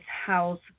house